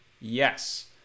yes